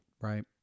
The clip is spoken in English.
right